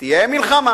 תהיה מלחמה,